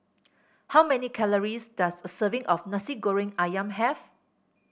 how many calories does a serving of Nasi Goreng ayam have